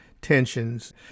Tensions